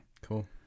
Cool